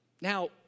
Now